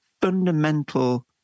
fundamental